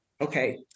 okay